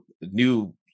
new